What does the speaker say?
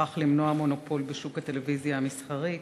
ובכך למנוע מונופול בשוק הטלוויזיה המסחרית?